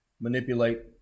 manipulate